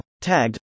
tagged